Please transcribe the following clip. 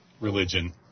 religion